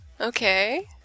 Okay